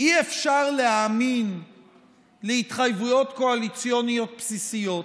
אי-אפשר להאמין להתחייבויות קואליציוניות בסיסיות.